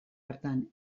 hartan